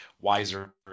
wiser